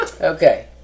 Okay